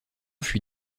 fut